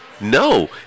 no